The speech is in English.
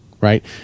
right